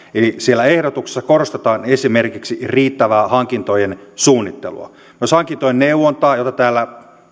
eli siellä ehdotuksessa korostetaan esimerkiksi riittävää hankintojen suunnittelua myös hankintojen neuvontaa jota täällä